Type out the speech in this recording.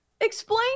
explain